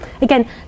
Again